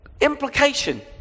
Implication